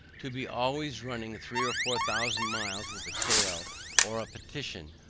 to be always running three or four thousand miles with a tale or a petition,